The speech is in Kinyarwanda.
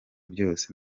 byose